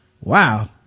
wow